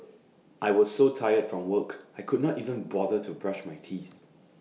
I was so tired from work I could not even bother to brush my teeth